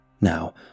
Now